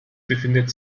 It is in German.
befindet